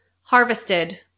harvested